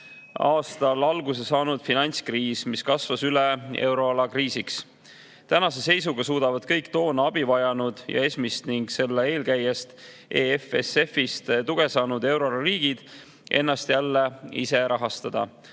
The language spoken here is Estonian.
aastal alguse saanud finantskriis, mis kasvas kogu euroala kriisiks. Tänase seisuga suudavad kõik toona abi vajanud ja ESM‑ist ning selle eelkäijast EFSF‑ist tuge saanud euroala riigid ennast jälle ise rahastada.